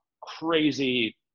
crazy